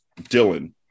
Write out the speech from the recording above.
Dylan